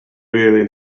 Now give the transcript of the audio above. really